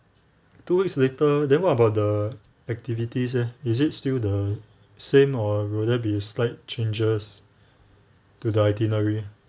two weeks later then what about the activities eh is it still the same or will there be slight changes to the itinerary